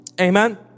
Amen